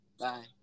Bye